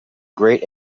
great